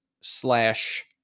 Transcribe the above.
slash